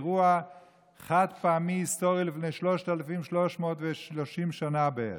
אירוע חד-פעמי היסטורי לפני שלושת אלפים ושלוש מאות שנה בערך,